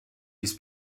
his